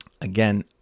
Again